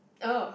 ugh